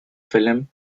film